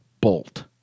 bolt